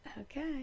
Okay